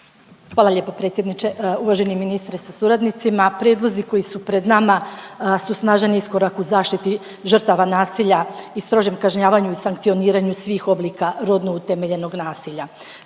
Hvala lijepa predsjedniče. Uvaženi ministre sa suradnicima, prijedlozi koji su pred nama su snažan iskorak u zaštiti žrtava nasilja i strožem kažnjavanju i sankcioniranju svih oblika rodno utemeljenog nasilja.